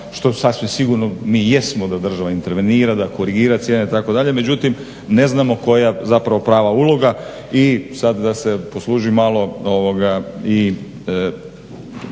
što sasvim sigurno mi jesmo da država intervenira, da korigira cijene itd. Međutim, ne znamo koja je zapravo prava uloga. I sad da se poslužim malo i